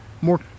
more